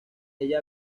ella